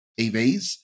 EVs